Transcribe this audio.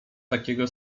takiego